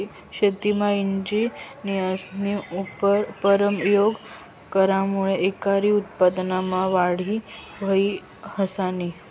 शेतीमा इंजिनियरस्नी परयोग करामुये एकरी उत्पन्नमा वाढ व्हयी ह्रायनी